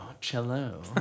Cello